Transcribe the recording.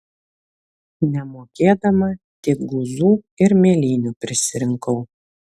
nemokėdama tik guzų ir mėlynių prisirinkau